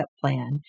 plan